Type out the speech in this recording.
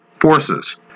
forces